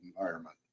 environment